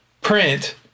print